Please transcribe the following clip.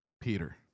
Peter